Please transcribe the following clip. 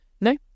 No